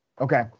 Okay